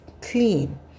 clean